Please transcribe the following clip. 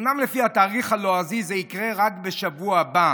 אומנם לפי התאריך הלועזי זה יקרה רק בשבוע הבא